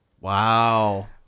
Wow